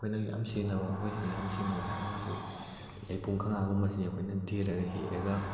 ꯑꯩꯈꯣꯏꯅ ꯌꯥꯝ ꯁꯤꯖꯤꯟꯅꯕ ꯑꯩꯈꯣꯏ ꯁꯤꯗ ꯌꯥꯝ ꯁꯤꯖꯤꯟꯅꯕ ꯍꯥꯏꯔꯒꯗꯤ ꯂꯩꯄꯨꯡ ꯈꯥꯡꯒ ꯒꯨꯝꯕꯁꯤ ꯑꯩꯈꯣꯏꯅ ꯊꯤꯔꯒ ꯍꯦꯛꯂꯒ